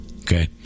Okay